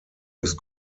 ist